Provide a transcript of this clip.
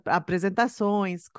apresentações